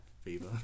Fever